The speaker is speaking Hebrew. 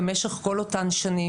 במשך כל אותן שנים,